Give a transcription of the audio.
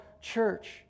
church